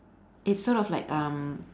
it's sort of like um